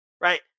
right